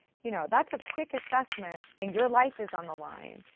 you know that's a quick assessment, and your life is on the line.